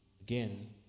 again